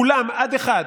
כולם עד אחד,